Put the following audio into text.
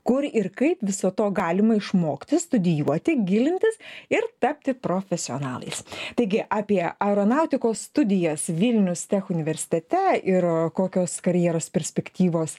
kur ir kaip viso to galima išmokti studijuoti gilintis ir tapti profesionalais taigi apie aeronautikos studijas vilnius tech universitete ir kokios karjeros perspektyvos